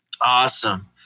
Awesome